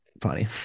funny